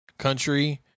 country